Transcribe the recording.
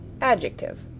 Adjective